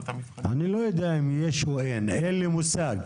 אני לא יודע אם יש או אין, אין לי מושג.